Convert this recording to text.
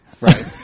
Right